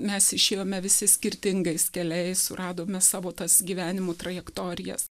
mes išėjome visi skirtingais keliais suradome savo tas gyvenimo trajektorijas